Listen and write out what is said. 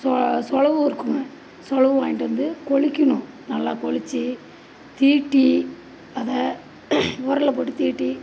சொ சொலவு இருக்குதுங்க சொலவு வாங்கிட்டு வந்து கொழுக்கிணும் நல்லா கொழுச்சி தீட்டி அதை உரலில் போட்டு தீட்டி